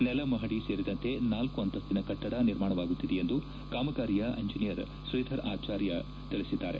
ನೆಲ ಮಹಡಿ ಸೇರಿದಂತೆ ನಾಲ್ಕು ಅಂತಸ್ತಿನ ಕಟ್ಟಡ ನಿರ್ಮಾಣವಾಗುತ್ತಿದೆ ಎಂದು ಕಾಮಗಾರಿಯ ಇಂಜಿನಿಯರ್ ಶ್ರೀಧರ್ ಆಚಾರ್ಯ್ ತಿಳಿಸಿದ್ದಾರೆ